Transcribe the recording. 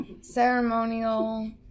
ceremonial